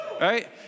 right